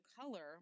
color